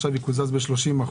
עכשיו יקוזז ב-30%,